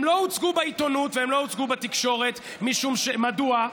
הם לא הוצגו בעיתונות והם לא בתקשורת, מדוע?